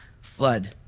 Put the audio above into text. flood